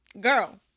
girl